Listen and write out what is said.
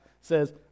says